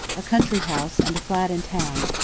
a country house and a flat in town,